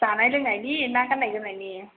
जानाय लोंनायनि ना गाननाय जोमनायनि